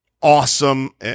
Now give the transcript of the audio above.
awesome